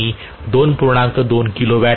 म्हणून मी 2